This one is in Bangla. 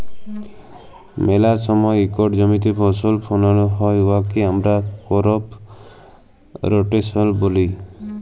ম্যালা সময় ইকট জমিতে ফসল ফলাল হ্যয় উয়াকে আমরা করপ রটেশল ব্যলি